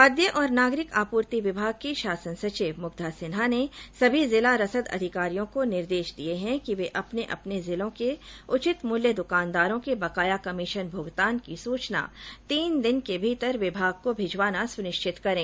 खाद्य और नागरिक आपूर्ति विभाग की शासन सचिव मुग्धा सिन्हा ने सभी जिला रसद अधिकारियों को निर्देश दिए हैं कि वे अपने अपने जिलों के उचित मूल्य दुकानदारों के बकाया कमीशन भुगतान की सूचना तीन दिन के भीतर विभाग को भिजवाना सुनिश्चित करे